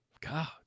God